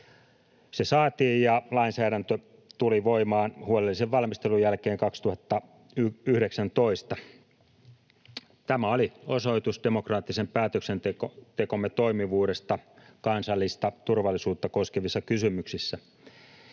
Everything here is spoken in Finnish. Se saatiin, ja lainsäädäntö tuli voimaan huolellisen valmistelun jälkeen 2019. Tämä oli osoitus demokraattisen päätöksentekomme toimivuudesta kansallista turvallisuutta koskevissa kysymyksissä.